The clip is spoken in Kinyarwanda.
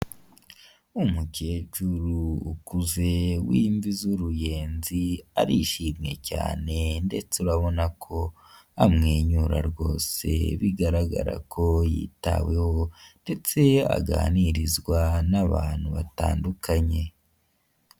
Umukecuru ukuze w'imvi z'uruyenzi arishimye cyane ndetse urabona ko amwenyura rwose bigaragara ko yitaweho ndetse aganirizwa n'abantu batandukanye.